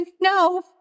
no